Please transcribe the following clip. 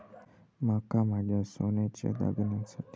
माका माझ्या सोन्याच्या दागिन्यांसाठी माका कर्जा माका खय मेळतल?